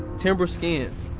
timber skin,